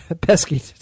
Pesky